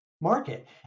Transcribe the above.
market